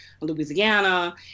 Louisiana